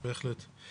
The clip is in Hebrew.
בהחלט.